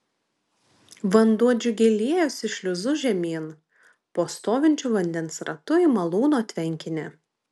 vanduo džiugiai liejosi šliuzu žemyn po stovinčiu vandens ratu į malūno tvenkinį